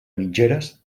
mitgeres